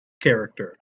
character